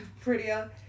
prettier